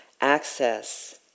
access